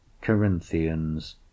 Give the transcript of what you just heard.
Corinthians